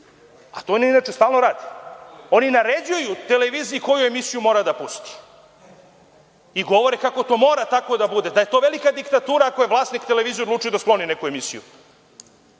A to oni, inače, stalno rade. Oni naređuju televiziji koju emisiju mora da pusti i govore kako to mora tako da bude, da je to velika diktatura ako je vlasnik televizije odlučio da skloni neku emisiju.